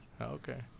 okay